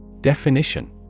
Definition